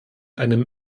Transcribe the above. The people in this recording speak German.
einem